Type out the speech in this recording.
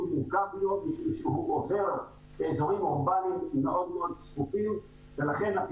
מורכב מאוד משום שהוא עובר באזורים אורבניים מאוד מאוד צפופים ולכן,